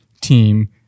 team